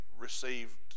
received